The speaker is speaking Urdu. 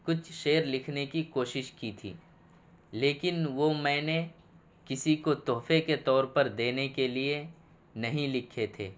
کچھ شعر لکھنے کی کوشش کی تھی لیکن وہ میں نے کسی کو تحفے کے طور پر دینے کے لیے نہیں لکھے تھے